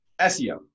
SEO